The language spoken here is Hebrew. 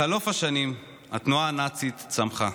בחלוף השנים, התנועה הנאצית צמחה,